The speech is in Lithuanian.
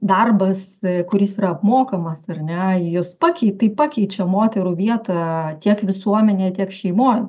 darbas kuris yra apmokamas ar ne jos pakeit tai pakeičia moterų vietą tiek visuomenėj tiek šeimoj